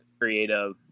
creative